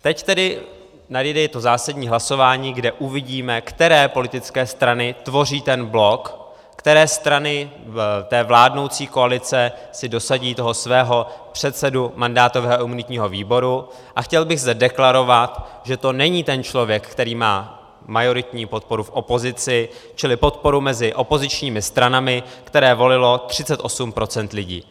Teď tedy nadejde to zásadní hlasování, kde uvidíme, které politické strany tvoří ten blok, které strany té vládnoucí koalice si dosadí svého předsedu mandátového a imunitního výboru, a chtěl bych zde deklarovat, že to není ten člověk, který má majoritní podporu v opozici, čili podporu mezi opozičními stranami, které volilo 38 % lidí.